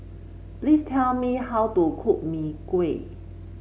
please tell me how to cook Mee Kuah